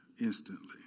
instantly